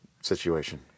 situation